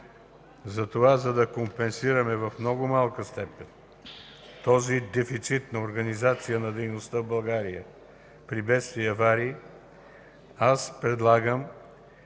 Затова, за да компенсираме в много малка степен този дефицит на организация на дейността в България при бедствия и аварии, аз предлагам